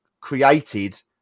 created